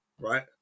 right